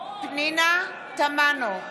פנינה תמנו,